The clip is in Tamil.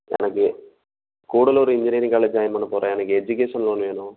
எனக்கு கூடலூர் இன்ஜினியரிங் காலேஜ் ஜாயின் பண்ண போகிறேன் எனக்கு எஜுக்கேஷன் லோன் வேணும்